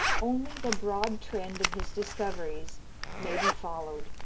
only the broad trend of his discoveries may be followed,